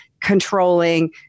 controlling